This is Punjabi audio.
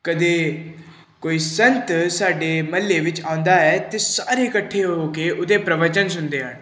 ਕਦੇ ਕੋਈ ਸੰਤ ਸਾਡੇ ਮੁਹੱਲੇ ਵਿੱਚ ਆਉਂਦਾ ਹੈ ਤਾਂ ਸਾਰੇ ਇਕੱਠੇ ਹੋ ਕੇ ਉਹਦੇ ਪ੍ਰਵਚਨ ਸੁਣਦੇ ਹਨ